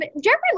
Jeffrey